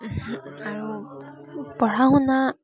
আৰু পঢ়া শুনা